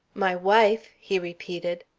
my wife! he repeated,